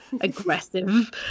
aggressive